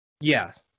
Yes